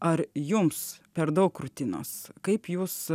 ar jums per daug rutinos kaip jūs